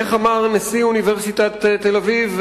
איך אמר נשיא אוניברסיטת תל-אביב,